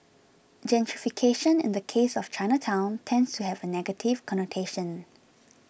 gentrification in the case of Chinatown tends to have a negative connotation